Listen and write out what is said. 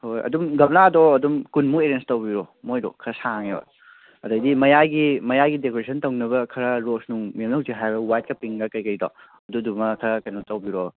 ꯍꯣꯏ ꯍꯣꯏ ꯑꯗꯨꯝ ꯒꯝꯂꯥꯗꯣ ꯑꯗꯨꯝ ꯀꯨꯟ ꯃꯨꯛ ꯑꯦꯔꯦꯟꯖ ꯇꯧꯕꯤꯔꯣ ꯃꯣꯏꯗꯣ ꯈꯔ ꯁꯥꯡꯉꯦꯕ ꯑꯗꯩꯗꯤ ꯃꯌꯥꯏꯒꯤ ꯃꯌꯥꯏꯒꯤ ꯗꯦꯀꯣꯔꯦꯁꯟ ꯇꯧꯅꯕ ꯈꯔ ꯔꯣꯁ ꯅꯨꯡ ꯃꯦꯝꯅ ꯍꯧꯖꯤꯛ ꯍꯥꯏꯕ ꯋꯥꯏꯠꯀ ꯄꯤꯡꯒ ꯀꯩꯀꯩꯗꯣ ꯑꯗꯨꯗꯨꯃꯥ ꯈꯔ ꯀꯩꯅꯣ ꯇꯧꯕꯤꯔꯣ